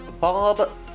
Bob